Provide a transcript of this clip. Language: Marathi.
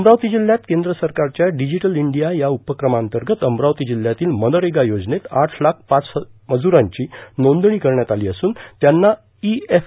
अमरावती जिल्ह्यात केंद्र सरकारच्या डिजिटल इंडिया या उपक्रमांतर्गत अमरावती जिल्ह्यातील मनरेगा योजनेत आठ लाख पाच मजुरांची नोंदणी करण्यात आली असुन त्यांना ई एफ